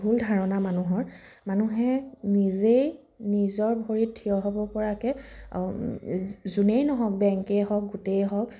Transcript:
ভূল ধাৰণা মানুহৰ মানুহে নিজে নিজৰ ভৰিত থিয় হ'ব পৰাকে যোনেই নহওক বেংকেই হওক গোটেই হওক